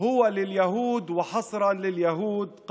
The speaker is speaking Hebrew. היא אך ורק ליהודים.